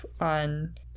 on